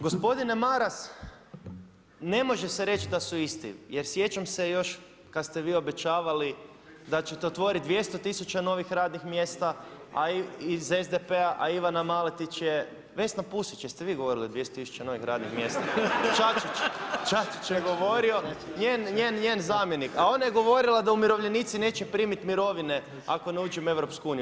Gospodine Maras, ne može se reći da su isti, jer sjećam se još kad ste vi obećavali da ćete otvoriti 200 000 novih radnih mjesta iz SDP-a, a Ivana Maletić je, Vesna Pusić jeste li vi govorili o 200 000 novih radnih mjesta, Čačić je govorio, njen zamjenik a ona je govorila da umirovljenici neće primiti mirovine ako ne uđemo u EU.